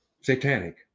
satanic